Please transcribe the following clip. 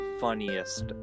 funniest